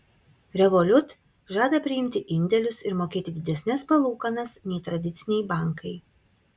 revolut žada priimti indėlius ir mokėti didesnes palūkanas nei tradiciniai bankai